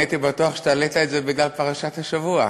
הייתי בטוח שהעלית את זה בגלל פרשת השבוע.